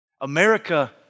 America